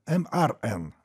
em ar en